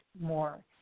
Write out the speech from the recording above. more